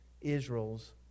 Israel's